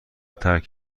ترک